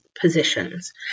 positions